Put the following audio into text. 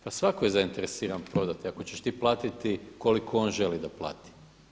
Pa svako je zainteresiran prodati ako ćeš ti platiti koliko on želi da plati.